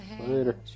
Later